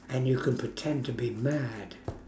and you can pretend to be mad